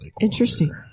Interesting